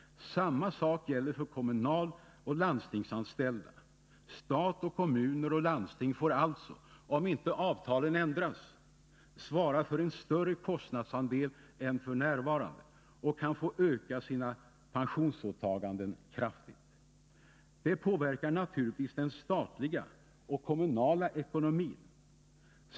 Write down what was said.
Samma sak gäller för de kommunaloch landstingsanställda. Stat och kommuner och landsting får alltså — om inte avtalen ändras — svara för en större kostnadsandel än f. n. och kan få öka sina pensionsåtaganden kraftigt. Det påverkar naturligtvis den statliga och kommunala ekonomin.